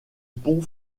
pont